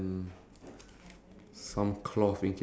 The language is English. I'm basically screwed ya